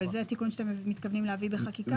וזה התיקון שאתם מתכוונים להביא בחקיקה?